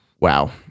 Wow